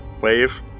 wave